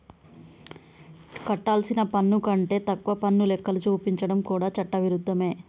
కట్టాల్సిన పన్ను కంటే తక్కువ పన్ను లెక్కలు చూపించడం కూడా చట్ట విరుద్ధమే